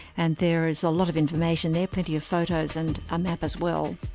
and there is a lot of information there, plenty of photos and a map as well.